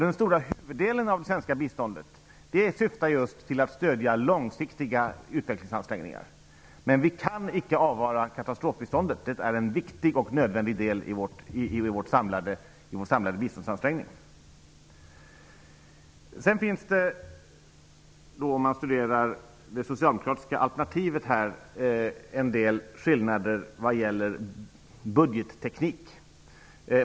Den stora huvuddelen av det svenska biståndet syftar till att stödja långsiktiga utvecklingsansträngningar. Men katastrofbiståndet kan icke avvaras. Det är en viktig och nödvändig del i våra samlade biståndsansträngningar. Om man studerar det socialdemokratiska alternativet finns det då en del skillnader i vad gäller budgetteknik.